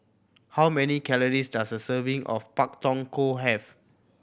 how many calories does a serving of Pak Thong Ko have